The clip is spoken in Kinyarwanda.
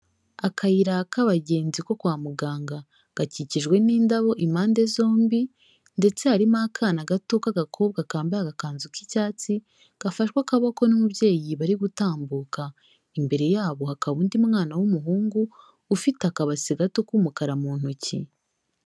Akayira k'abagenzi ko kwa muganga, gakikijwe n'indabo impande zombi ndetse harimo akana gato k'agakobwa kambaye agakanzu k'icyatsi, gafashwe akaboko n'umubyeyi, bari gutambuka, imbere yabo hakaba undi mwana w'umuhungu ufite akabase gato k'umukara mu ntoki.